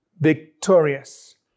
victorious